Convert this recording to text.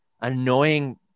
annoying